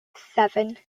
seven